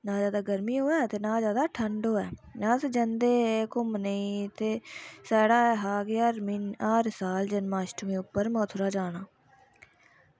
ना जादै गर्मी होऐ ते ना जादै ठंड होऐ ते अस जंदे हे घुम्मनै ई ते साढ़े ऐहा कि हर साल जन्माष्टमी पर मथुरा जाना